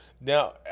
Now